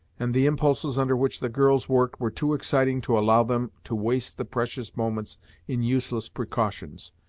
and the impulses under which the girls worked were too exciting to allow them to waste the precious moments in useless precautions.